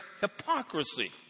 hypocrisy